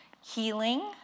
healing